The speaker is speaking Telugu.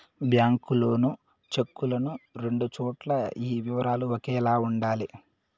బ్యాంకు లోను చెక్కులను రెండు చోట్ల ఈ వివరాలు ఒకేలా ఉండాలి